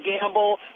gamble